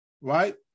right